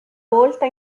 volta